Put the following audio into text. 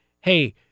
hey